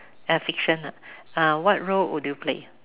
uh fiction ah what role would you play